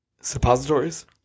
suppositories